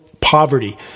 poverty